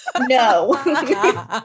No